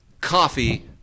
Coffee